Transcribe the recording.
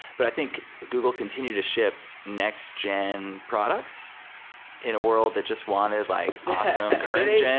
but i think google continued to ship next gen products in a world that just wanted like yeah